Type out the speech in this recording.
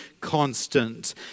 constant